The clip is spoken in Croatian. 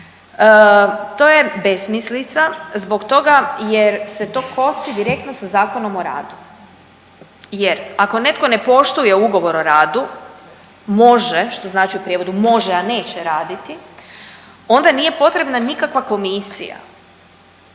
To je besmislica, zbog toga jer se to kosi direktno sa Zakonom o radu jer ako netko ne poštuje ugovor o radu, može, što znači u prijevodu može, a neće raditi onda nije potrebna nikakva komisija